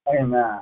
Amen